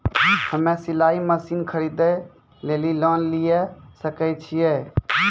हम्मे सिलाई मसीन खरीदे लेली लोन लिये सकय छियै?